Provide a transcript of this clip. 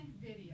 video